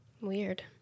weird